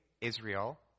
Israel